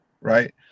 Right